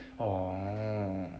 oh